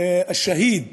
השהיד